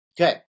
okay